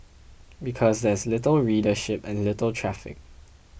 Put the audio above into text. because there is little readership and little traffic